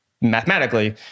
mathematically